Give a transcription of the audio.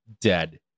Dead